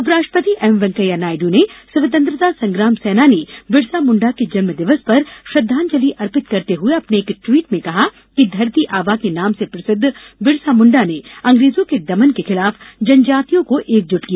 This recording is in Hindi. उपराष्ट्रपति एम वैंकैया नायड् ने स्वतंत्रता संग्राम सैनानी बिरसामुण्डा के जन्म दिवस पर श्रद्वांजलि अर्पित करते हुए अपने एक ट्वीट में कहा कि धरतीआबा के नाम से प्रसिद्ध बिरसामुण्डा ने अंग्रेजों के दमन के खिलाफ जनजातियों को एक जुट किया